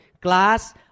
glass